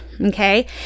okay